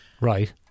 Right